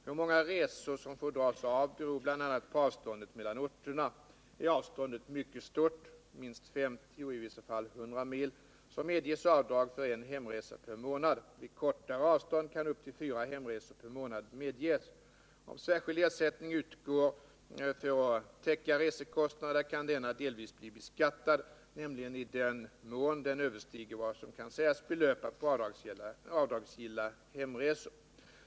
Hur många resor som får dras av beror bl.a. på avståndet mellan orterna. Är avståndet mycket stort — minst 50 och i vissa fall 100 mil — medges avdrag för en hemresa per månad. Vid kortare avstånd kan upp till 4 hemresor per månad medges. Om särskild ersättning utgår för att täcka resekostnader kan denna delvis bli beskattad, nämligen i den mån den överstiger vad som kan sägas belöpa på avdragsgilla hemresor.